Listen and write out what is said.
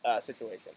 situation